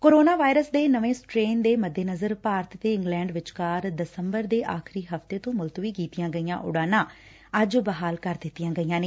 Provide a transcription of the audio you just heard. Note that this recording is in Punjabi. ਕੋਰੋਨਾ ਵਾਇਰਸ ਦੇ ਨਵੇਂ ਸਟੇਨ ਦੇ ਮੱਦੇਨਜ਼ਰ ਭਾਰਤ ਤੇ ਇਗਲੈਂਡ ਵਿਚਕਾਰ ਦਸੰਬਰ ਦੇ ਆਖਰੀ ਹਫਤੇ ਤੋਂ ਮਲਤਵੀ ਕੀਤੀਆਂ ਗਈਆਂ ਉਡਾਣਾ ਅੱਜ ਬਹਾਲ ਕਰ ਦਿੱਤੀਆਂ ਗਈਆਂ ਨੇ